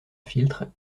filtre